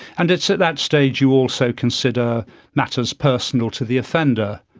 and it's at that stage you also consider matters personal to the offender.